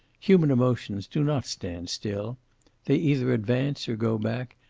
human emotions do not stand still they either advance or go back,